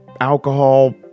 alcohol